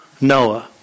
Noah